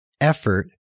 effort